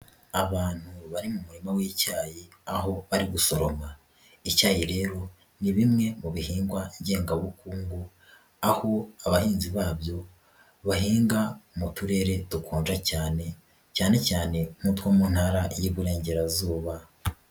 Abantu bari mu murima w'icyayi, aho ari gusoronga. Icyayi rero ni bimwe mu bihingwa ngengabukungu, aho abahinzi babyo bahinga mu turere dukonja cyane, cyane cyane nk'utwo mu Ntara y'Iburengerazuba.